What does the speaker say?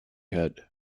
head